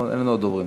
אין לנו עוד דוברים.